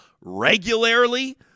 regularly